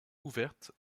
ouvertes